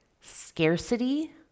scarcity